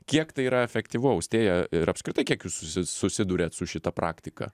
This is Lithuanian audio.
kiek tai yra efektyvu austėja ir apskritai kiek jūs susi susiduriat su šita praktika